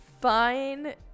fine